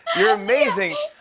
you're amazing.